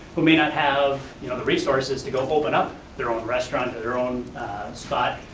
who may not have you know the resources to go open up their own restaurant, or their own spot,